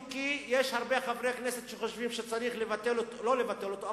אם כי יש הרבה חברי כנסת שחושבים שצריך להוריד את המספר,